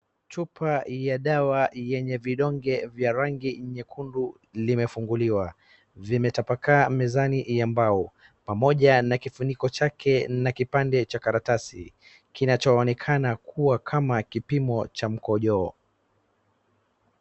Chupa ya dawa yenye vidonge vya rangi nyekundu limefunguliwa, vimetapakaa mezani ya mbao, pamoja na kifuniko chake na kipande cha karatasi, kinachoonekana kuwa kama kipimo cha mkojoo.